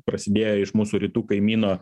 prasidėjo iš mūsų rytų kaimyno